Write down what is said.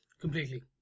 Completely